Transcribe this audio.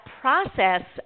process